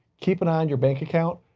keep an eye on your bank account,